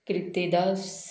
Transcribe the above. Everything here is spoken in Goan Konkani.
किर्तिदास